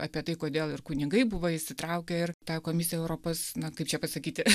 apie tai kodėl ir kunigai buvo įsitraukę ir ta komisija europos na kaip čia pasakyti